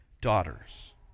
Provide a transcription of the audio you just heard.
daughters